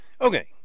okay